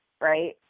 Right